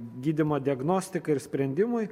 gydymo diagnostikai ir sprendimui